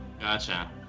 gotcha